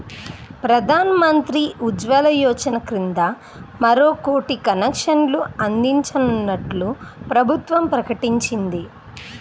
ప్రధాన్ మంత్రి ఉజ్వల యోజన కింద మరో కోటి కనెక్షన్లు అందించనున్నట్లు ప్రభుత్వం ప్రకటించింది